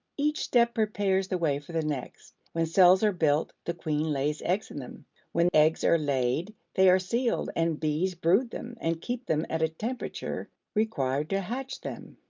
each step prepares the way for the next. when cells are built, the queen lays eggs in them when eggs are laid, they are sealed and bees brood them and keep them at a temperature required to hatch them.